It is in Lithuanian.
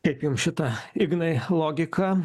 kaip jums šita ignai logika